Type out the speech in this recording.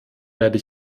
werde